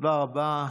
תודה רבה.